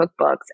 cookbooks